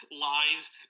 Lines